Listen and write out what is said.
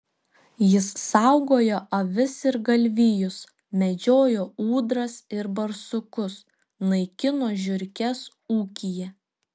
jis saugojo avis ir galvijus medžiojo ūdras ir barsukus naikino žiurkes ūkyje